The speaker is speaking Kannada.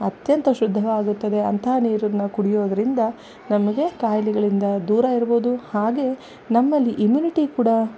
ಅತ್ಯಂತ ಶುದ್ಧವಾಗುತ್ತದೆ ಅಂತಹ ನೀರನ್ನ ಕುಡಿಯೋದರಿಂದ ನಮಗೆ ಕಾಯಿಲೆಗಳಿಂದ ದೂರ ಇರ್ಬೋದು ಹಾಗೆ ನಮ್ಮಲ್ಲಿ ಇಮ್ಯುನಿಟಿ ಕೂಡ